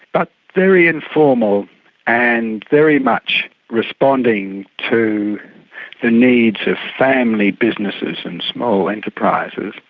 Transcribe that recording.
but very informal and very much responding to the needs of family businesses and small enterprises.